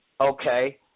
okay